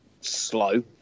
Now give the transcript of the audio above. slow